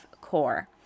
core